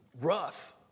rough